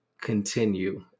continue